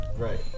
Right